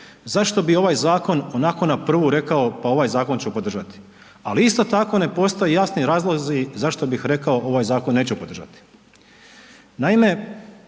zašto bi ovaj zakon onako na prvu rekao pa ovaj zakon ću podržati. Ali isto tako ne postoje jasni razlozi zašto bih rekao ovaj zakon neću podržati. Naime,